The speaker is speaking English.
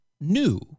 new